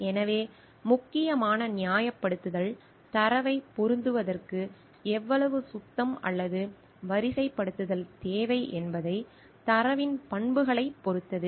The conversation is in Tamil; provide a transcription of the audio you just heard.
எனவே முக்கியமான நியாயப்படுத்தல் தரவைப் பொருத்துவதற்கு எவ்வளவு சுத்தம் அல்லது வரிசைப்படுத்துதல் தேவை என்பதைத் தரவின் பண்புகளைப் பொறுத்தது